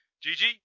Gigi